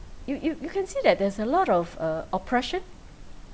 you you you can see that there's a lot of uh oppression